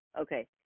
okay